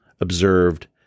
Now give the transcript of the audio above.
observed